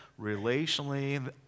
relationally